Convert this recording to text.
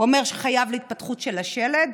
אומר שחייב להתפתחות של השלד